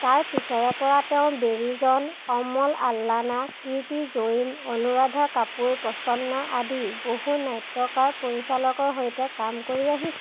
তাৰ পিছৰে পৰা তেওঁ বেৰী জন অমল আল্লানা কীৰ্তি জৈন অনুৰাধা কাপুৰ প্ৰসন্না আদি বহু নাট্যকাৰ পৰিচালকৰ সৈতে কাম কৰি আহিছে